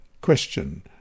Question